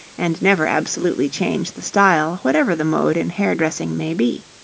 and never absolutely change the style whatever the mode in hair-dressing may be.